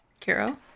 Kiro